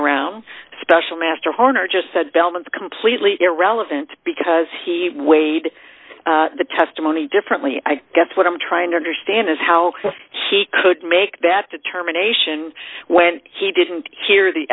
around special master horner just said bellman's completely irrelevant because he weighed the testimony differently i guess what i'm trying to understand is how he could make that determination when he didn't hear the